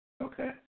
Okay